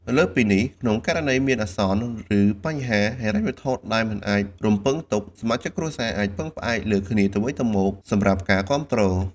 លើសពីនេះ ក្នុងករណីមានអាសន្ន ឬបញ្ហាហិរញ្ញវត្ថុដែលមិនបានរំពឹងទុក សមាជិកគ្រួសារអាចពឹងផ្អែកលើគ្នាទៅវិញទៅមកសម្រាប់ការគាំទ្រ។